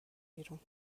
بیرون